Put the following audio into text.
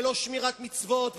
ולא שמירת מצוות,